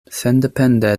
sendepende